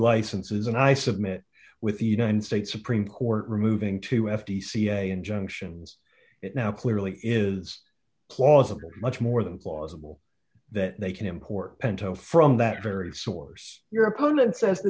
licenses and i submit with the united states supreme court removing two f t ca injunctions it now clearly is plausible much more than plausible that they can import pinto from that very source your opponent says the